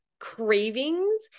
cravings